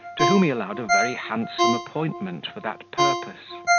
to whom he allowed a very handsome appointment for that purpose.